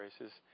races